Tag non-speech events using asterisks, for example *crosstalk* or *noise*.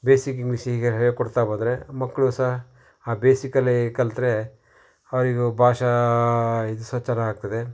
basic English ಈಗ ಹೇಳಿ ಕೊಡ್ತ ಹೋದರೆ ಮಕ್ಕಳು ಸಹ ಆ ಬೇಸಿಕಲ್ಲೇ ಕಲ್ತರೆ ಅವರಿಗೂ ಭಾಷಾ *unintelligible* ಚಾರ ಆಗ್ತದೆ